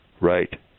Right